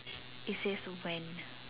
it says went